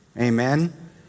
Amen